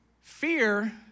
Fear